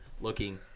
looking